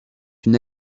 une